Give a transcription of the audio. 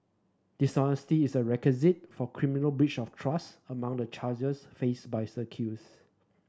dishonesty is a requisite for criminal breach of trust among the charges faced by the accused